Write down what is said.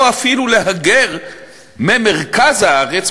או אפילו להגר ממרכז הארץ,